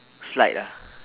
slide ah